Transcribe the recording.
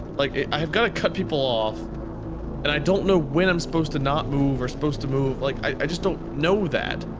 like i have to cut people off and i don't know when i'm suppose to not move or suppose to move, like i i just don't know that.